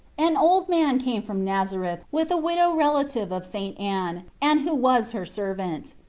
an old man came from nazareth with a widow relative of st. anne, and who was her servant.